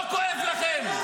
לא כואב לכם.